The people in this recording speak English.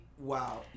Wow